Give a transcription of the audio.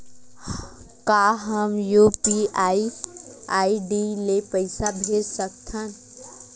का हम UPI ID ले पईसा भेज सकथन?